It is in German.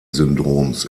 syndroms